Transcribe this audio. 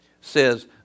says